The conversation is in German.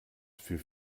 für